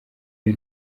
iyo